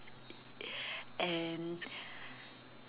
and